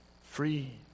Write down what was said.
free